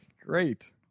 Great